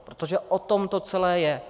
Protože o tom to celé je.